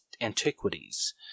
antiquities